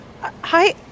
Hi